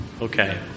okay